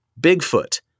Bigfoot